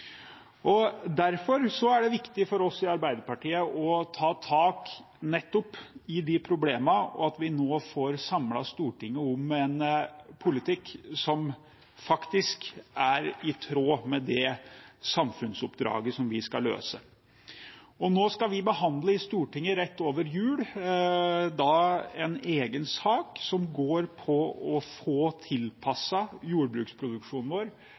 er det viktig for oss i Arbeiderpartiet å ta tak i nettopp de problemene og at vi nå får samlet Stortinget om en politikk som er i tråd med det samfunnsoppdraget vi skal løse. Nå rett over jul skal vi i Stortinget behandle en egen sak som går på å få tilpasset jordbruksproduksjonen vår